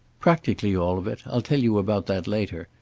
practically all of it. i'll tell you about that later.